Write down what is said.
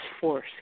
force